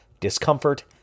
discomfort